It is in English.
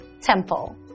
Temple